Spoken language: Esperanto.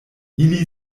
ili